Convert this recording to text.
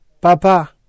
papa